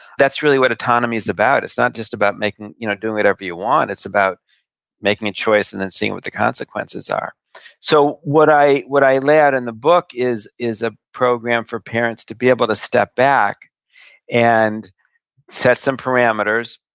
that's really what autonomy is about. it's not just about you know doing whatever you want. it's about making a choice and then seeing what the consequences are so what i what i lay out in the book is is a program for parents to be able to step back and set some parameters,